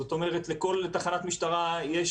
זאת אומרת, לכל תחנת משטרה יש